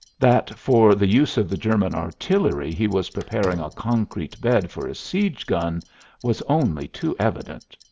that for the use of the german artillery he was preparing a concrete bed for a siege gun was only too evident.